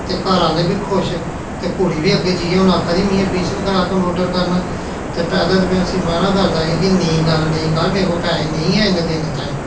ते घर आह्ले बी खुश ते कुड़ी बी अग्गें जाइयै हून आक्खा दी मी अडमिशन करा कम्पयूटर करना ऐ ते पैह्लें ते में उस्सी मना करदा ही कि नेईं कर नेईं कर मेरे कोल पैहे नेईं ऐ इन्ने देने ताईं